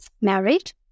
married